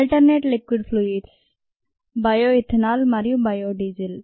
alternate liquid fluids bio ethanol మరియు bio diesel